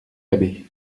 l’abbé